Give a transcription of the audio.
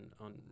on